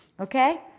Okay